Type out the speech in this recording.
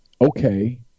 okay